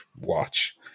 watch